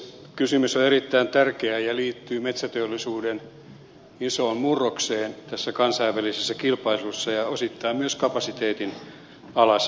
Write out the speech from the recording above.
kysymys on erittäin tärkeä ja liittyy metsäteollisuuden isoon murrokseen tässä kansainvälisessä kilpailussa ja osittain myös kapasiteetin alasajoon